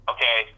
Okay